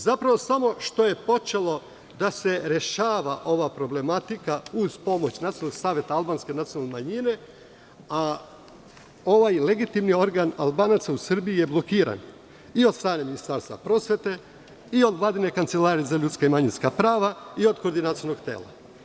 Zapravo, samo što je počelo da se rešava ova problematika, uz pomoć Nacionalnog saveta albanske nacionalne manjine, a ovaj legitimni organ Albanaca u Srbiji je blokiran i od strane Ministarstva prosvete i od Vladine kancelarije za ljudska i manjinska prava i od koordinacionog tela.